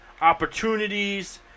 opportunities